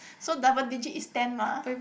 so double digit is ten mah